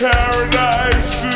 Paradise